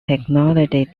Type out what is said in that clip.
technology